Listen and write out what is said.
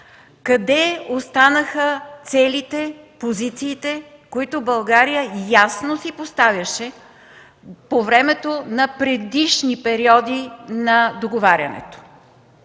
къде останаха целите и позициите, които България ясно си поставяше по времето на предишни периоди на договаряне?